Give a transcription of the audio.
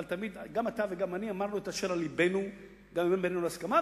אבל תמיד גם אתה וגם אני אמרנו את אשר על לבנו גם אם אין בינינו הסכמה,